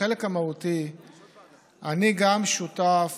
בחלק המהותי גם אני שותף